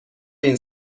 این